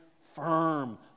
firm